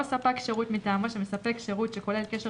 או ספק שירות מטעמו שמספק שירות שכולל קשר